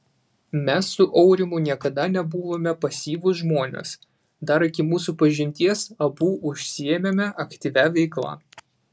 mes su aurimu niekada nebuvome pasyvūs žmonės dar iki mūsų pažinties abu užsiėmėme aktyvia veikla